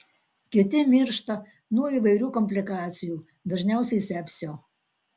kiti miršta nuo įvairių komplikacijų dažniausiai sepsio